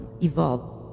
evolve